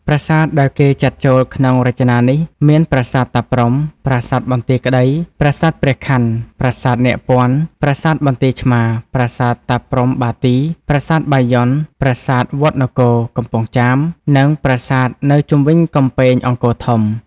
ប្រាសាទ ដែលគេចាត់ចូលក្នុងរចនានេះមានប្រាសាទតាព្រហ្ម ប្រាសាទបន្ទាយក្តី ប្រាសាទព្រះខន័ ប្រាសាទនាគពន្ធ័ ប្រាសាទបន្ទាយឆ្មារ ប្រាសាទតាព្រហ្ម(បាទី ) ប្រាសាទបាយ័ន ប្រាសាទវត្តនគរ (កំពង់ចាម ) និងប្រាសាទនៅជុំវិញកំពែង អង្គរធំ ។